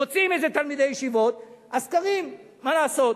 מוצאים איזה תלמידי ישיבות, הסקרים, מה לעשות.